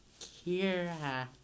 Kira